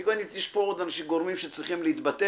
כי באמת יש פה עוד גורמים שצריכים להתבטא,